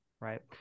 right